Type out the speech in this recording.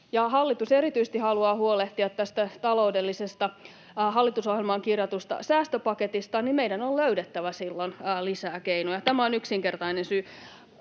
haluaa erityisesti huolehtia taloudellisesta, hallitusohjelmaan kirjatusta säästöpaketista — meidän on löydettävä silloin lisää keinoja. Tämä on yksinkertainen syy.